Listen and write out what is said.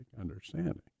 understanding